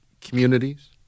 communities